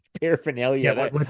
paraphernalia